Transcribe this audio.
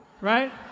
right